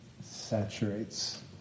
saturates